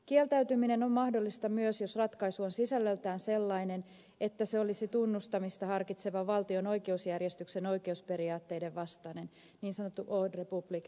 kieltäytyminen on mahdollista myös jos ratkaisu on sisällöltään sellainen että se olisi tunnustamista harkitsevan valtion oikeusjärjestyksen oikeusperiaatteiden vastainen niin sanottu ordre public periaate